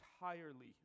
entirely